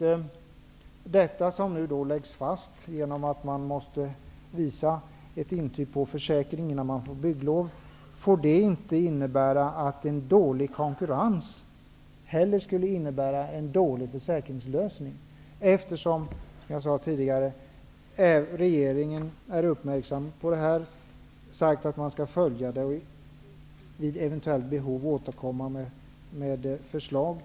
I fortsättningen måste man visa ett intyg på att man har försäkring innan man får bygglov. Självfallet får detta inte innebära en dålig konkurrens som leder till en dålig försäkringslösning. Regeringen skall med uppmärksamhet följa utvecklingen och vid eventuellt behov återkomma med förslag.